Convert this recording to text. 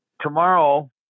tomorrow